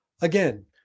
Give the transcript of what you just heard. again